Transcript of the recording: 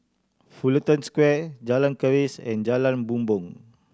Fullerton Square Jalan Keris and Jalan Bumbong